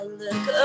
look